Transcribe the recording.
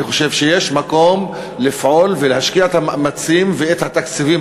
אני חושב שיש מקום לפעול ולהשקיע את המאמצים ואת התקציבים